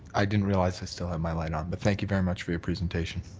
i didn't realize i still have my light on but thank you very much for your presentation.